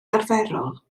arferol